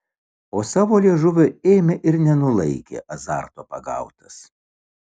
o savo liežuvio ėmė ir nenulaikė azarto pagautas